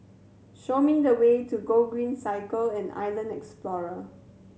show me the way to Gogreen Cycle and Island Explorer